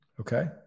Okay